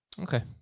Okay